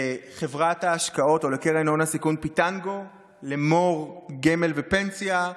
לקרן הון הסיכון פיטנגו, למור גמל ופנסיה,